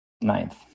Ninth